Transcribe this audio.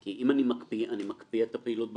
כי אם אני מקפיא, אני מקפיא את הפעילות בחשבון.